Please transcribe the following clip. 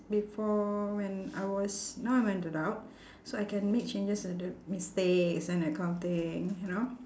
before when I was now I'm an adult so I can make changes to the mistakes and that kind of thing you know